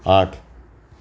આઠ